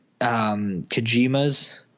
Kojima's